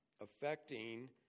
affecting